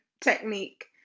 technique